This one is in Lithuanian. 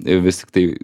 vis tiktai